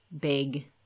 big